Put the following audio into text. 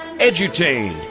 edutained